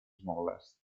smallest